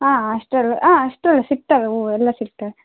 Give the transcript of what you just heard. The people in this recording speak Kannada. ಆಂ ಅಷ್ಟೆಲ್ಲ ಆಂ ಅಷ್ಟೆಲ್ಲ ಸಿಕ್ತವೆ ಹೂವು ಎಲ್ಲ ಸಿಕ್ತವೆ